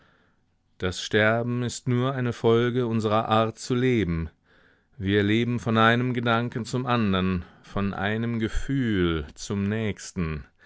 das sterben ist nur eine folge unserer art zu leben wir leben von einem gedanken zum andern von einem gefühl zum nächsten